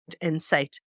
insight